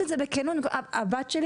הבת שלי